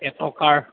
এটকাৰ